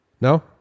no